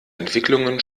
entwicklungen